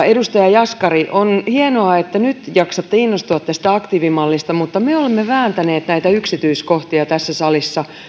edustaja jaskari on hienoa että nyt jaksatte innostua tästä aktiivimallista mutta me olemme vääntäneet näitä yksityiskohtia tässä salissa